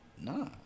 Nah